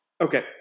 Okay